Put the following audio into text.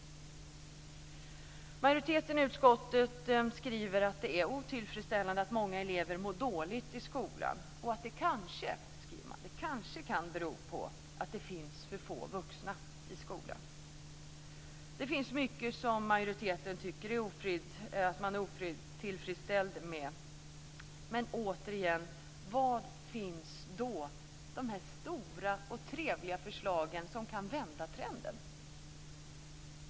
Majoriteten i utskottet skriver att det är otillfredsställande att många elever mår dåligt i skolan och att det kanske, skriver man, kan bero på att det finns för få vuxna i skolan. Det finns mycket som majoriteten tycker att man är otillfredsställd med, men återigen: Var finns de stora och trevliga förslagen som kan vända trenden?